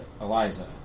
Eliza